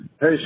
Hey